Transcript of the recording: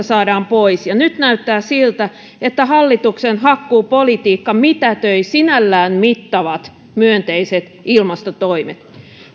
saadaan pois nyt näyttää siltä että hallituksen hakkuupolitiikka mitätöi sinällään mittavat myönteiset ilmastotoimet